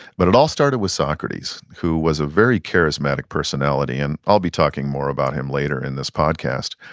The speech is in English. but it all started with socrates, who was a very charismatic personality. and i'll be talking more about him later in this podcast.